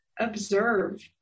observe